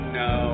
no